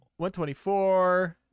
124